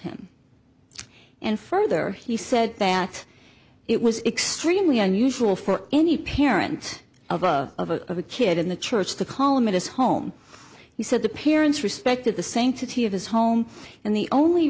him and further he said that it was extremely unusual for any parent of a kid in the church the column in his home he said the parents respected the same to t of his home and the only